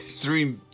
three